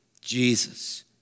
jesus